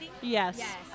Yes